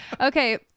Okay